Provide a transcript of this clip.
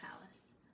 palace